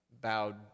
bowed